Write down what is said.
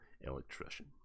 electrician